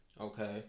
okay